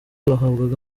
bahabwaga